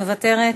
מוותרת.